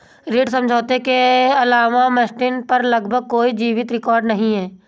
ऋण समझौते के अलावा मास्टेन पर लगभग कोई जीवित रिकॉर्ड नहीं है